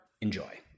Enjoy